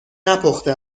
نپخته